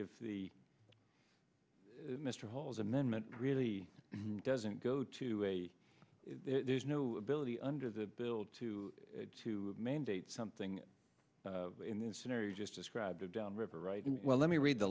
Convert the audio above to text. if the mr holmes amendment really doesn't go to a there's no ability under the bill to to mandate something in this scenario just described downriver writing well let me read the